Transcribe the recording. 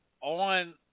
On